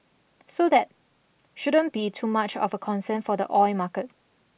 so that shouldn't be too much of a concern for the oil market